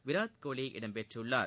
Virat Kohli இடம்பெற்றுள்ளார்